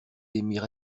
émirs